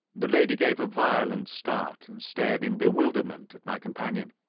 the lady gave a violent start and stared in bewilderment at my companion.